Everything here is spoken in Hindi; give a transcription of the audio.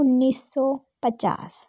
उन्नीस सौ पचास